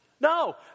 No